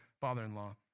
father-in-law